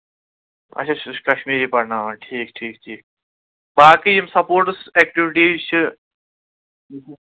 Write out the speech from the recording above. اچھا سُہ چھُ کَشمیٖری پَرناوان ٹھیٖک ٹھیٖک ٹھیٖک باقٕے یِم سَپوٹٕس اٮ۪کٹِوِٹیٖز چھِ